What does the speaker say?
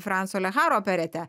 franco leharo operetę